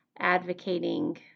advocating